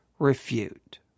refute